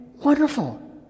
Wonderful